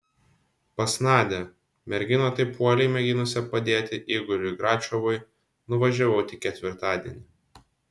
pas nadią merginą taip uoliai mėginusią padėti igoriui gračiovui nuvažiavau tik ketvirtadienį